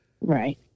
Right